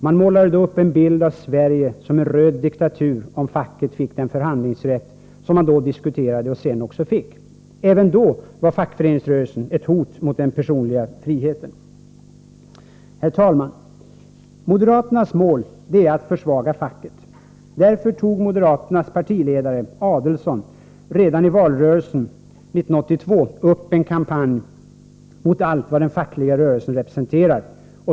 Man målade upp en bild av Sverige som en röd diktatur om facket skulle få den förhandlingsrätt som då diskuterades och som facket sedan också fick. Även vid det tillfället var fackföreningsrörelsen ett hot mot den personliga friheten. Herr talman! Moderaternas mål är att försvaga facket. Därför startade moderaternas partiledare, Adelsohn, redan i valrörelsen 1982 en kampanj mot allt vad den fackliga rörelsen representerar.